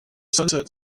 sunset